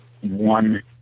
one